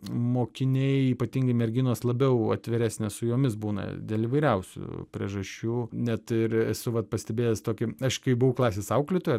mokiniai ypatingai merginos labiau atviresnės su jomis būna dėl įvairiausių priežasčių net ir esu vat pastebėjęs tokį aš kai buvau klasės auklėtoja